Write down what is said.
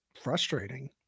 frustrating